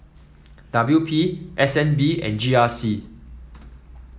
W P S N B and G R C